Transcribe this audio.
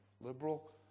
liberal